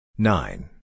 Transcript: Nine